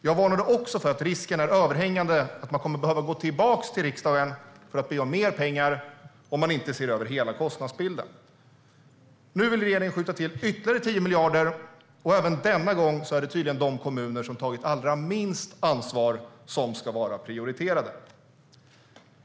Jag varnade också om att risken är överhängande för att man kommer att behöva gå tillbaka till riksdagen och be om mer pengar om man inte ser över hela kostnadsbilden. Nu vill regeringen skjuta till ytterligare 10 miljarder, och även denna gång är det tydligen de kommuner som har tagit allra minst ansvar som ska vara prioriterade.